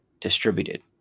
distributed